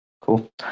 cool